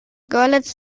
görlitz